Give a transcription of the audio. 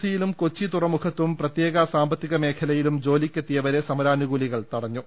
സിയിലും കൊച്ചി തുറമുഖത്തും പ്രത്യേക സാമ്പത്തിക മേഖലയിലും ജോലിക്കെത്തിയിവരെ സമരാനൂ കൂലികൾ തടഞ്ഞു